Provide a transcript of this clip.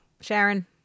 Sharon